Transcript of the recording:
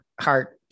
heart